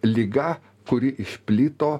liga kuri išplito